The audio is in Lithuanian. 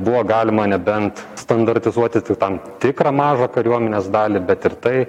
buvo galima nebent standartizuoti tik tam tikrą mažą kariuomenės dalį bet ir tai